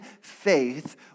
faith